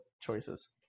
choices